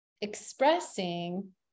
expressing